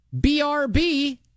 BRB